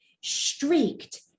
streaked